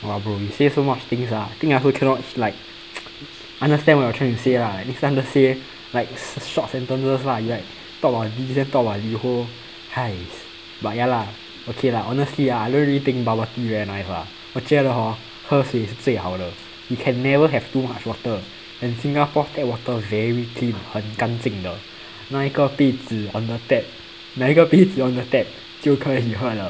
!wah! bro you so much things ah think I also cannot like understand what you're trying to say lah next time just say like short sentences lah you like talk about this then talk about liho !hais! but yeah lah okay lah honestly ah I don't really think bubble tea very nice lah 我觉得 hor 喝水是最好的 you can never have too much water and singapore tap water very clean 很干净的拿一个杯子 on the tap 拿一个杯子 on the tap 就可以喝了